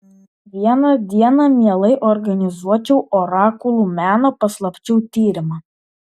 vieną dieną mielai organizuočiau orakulų meno paslapčių tyrimą